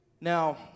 Now